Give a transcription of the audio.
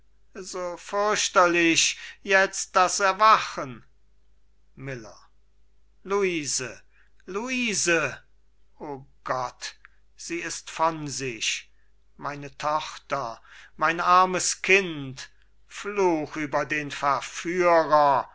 und so fürchterlich jetzt das erwachen miller luise luise o gott sie ist von sich meine tochter mein armes kind fluch über den verführer